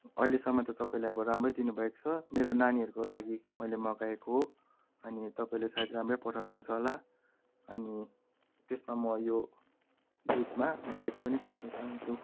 अहिलेसम्म त तपाईँले अब राम्रो दिनु भएको छ मेरो नानीहरूको लागि मैले मगाएको हो अनि तपाईँले सायद राम्रै पठाउनु हुन्छ होला अनि त्यसमा म यो दुधमा ब्रेड पनि थप्न चाहन्छु